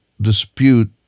dispute